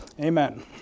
Amen